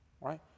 right